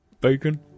Bacon